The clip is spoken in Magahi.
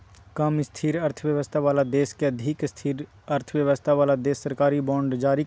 कम स्थिर अर्थव्यवस्था वाला देश के अधिक स्थिर अर्थव्यवस्था वाला देश सरकारी बांड जारी करो हय